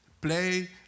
play